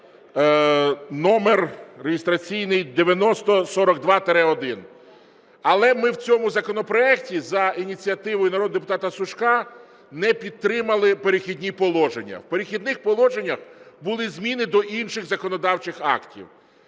номер реєстраційний 9042-1. Але ми в цьому законопроекті за ініціативою народного депутата Сушка не підтримали перехідні положення. В перехідних положеннях були зміни до інших законодавчих актів.